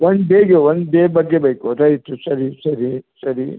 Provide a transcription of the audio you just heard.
one ಡೇಗೆ one day ಬಗ್ಗೆ ಬೇಕು ಅದು ಆಯಿತು ಸರಿ ಸರಿ ಸರಿ